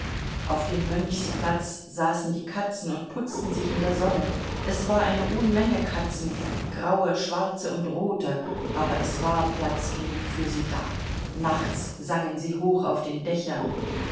auf dem mönchsplatz saßen die katzen und putzten sich in der sonne es war eine unmenge katzen graue schwarze und rote aber es war platz genug für sie da nachts sangen sie hoch auf den dächern